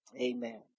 Amen